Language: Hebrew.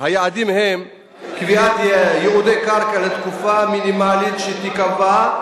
היעדים הם: 1. קביעת ייעודי קרקע לתקופה מינימלית שתיקבע,